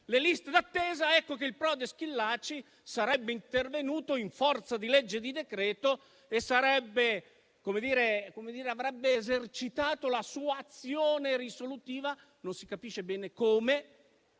le liste d'attesa, ecco che il prode Schillaci sarebbe intervenuto in forza di legge con un proprio decreto, e avrebbe esercitato la sua azione risolutiva, non si capisce bene come,